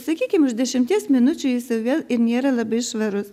sakykim už dešimties minučių jis jau vėl ir nėra labai švarus